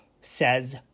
says